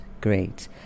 great